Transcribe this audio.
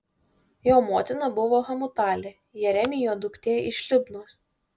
jo motina buvo hamutalė jeremijo duktė iš libnos